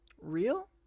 Real